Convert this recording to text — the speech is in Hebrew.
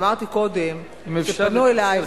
אמרתי קודם שפנו אלי.